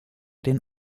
den